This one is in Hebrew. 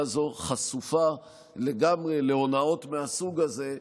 הזו חשופה לגמרי להונאות מהסוג הזה,